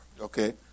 Okay